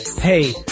hey